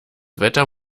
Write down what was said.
wetter